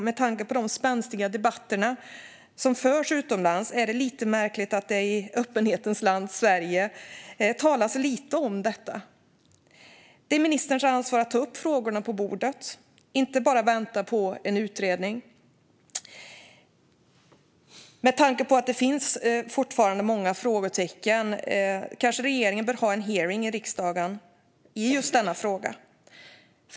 Med tanke på de spänstiga debatter som förs utomlands är det lite märkligt att det i öppenhetens land, Sverige, talas så lite om detta. Det är ministerns ansvar att ta upp frågorna på bordet och inte bara vänta på en utredning. Med tanke på att det fortfarande finns många frågetecken kanske regeringen bör ha en hearing i riksdagen i denna fråga.